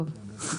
טוב.